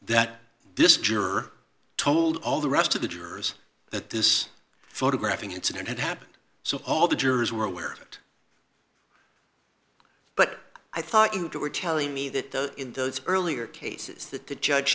that this juror told all the rest of the jurors that this photographing incident had happened so all the jurors were aware of it but i thought you were telling me that in those earlier cases that the judge